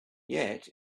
yet